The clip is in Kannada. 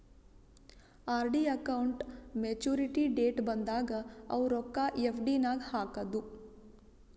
ಆರ್.ಡಿ ಅಕೌಂಟ್ ಮೇಚುರಿಟಿ ಡೇಟ್ ಬಂದಾಗ ಅವು ರೊಕ್ಕಾ ಎಫ್.ಡಿ ನಾಗ್ ಹಾಕದು